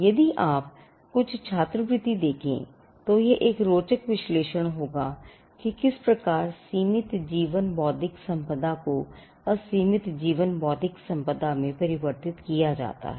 यदि आप कुछ छात्रवृत्ति देखें तो यह एक रोचक विश्लेषण होगा कि किस प्रकार सीमित जीवन बौद्धिक संपदा को असीमित जीवन बौद्धिक संपदा में परिवर्तित किया जाता है